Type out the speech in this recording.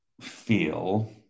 feel